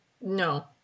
No